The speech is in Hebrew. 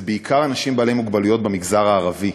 זה בעיקר אנשים עם מוגבלות במגזר הערבי.